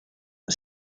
the